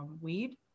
weed